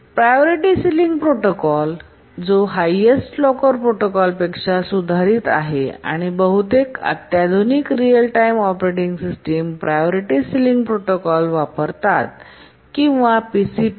priority ceiling protocol जो highest locker protocol पेक्षा सुधारित आहे आणि बहुतेक अत्याधुनिक real time operating system priority ceiling protocol वापरतात किंवा पीसीपी